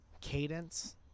cadence